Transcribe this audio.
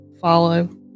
follow